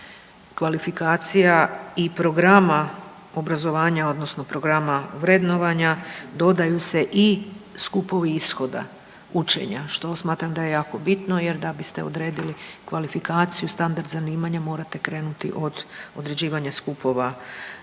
kvalifikacija i programa obrazovanja odnosno programa vrednovanja dodaju se i skupovi ishoda učenja, što smatram da je jako bitno jer da biste odredili kvalifikaciju standard zanimanja morate krenuti od određivanja skupova ishoda